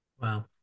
Wow